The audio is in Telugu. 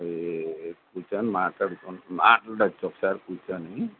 ఈ కూర్చుని మాట్లడుకు మాట్లాడచ్చు ఒకసారి కూర్చుని